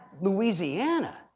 Louisiana